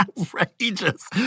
outrageous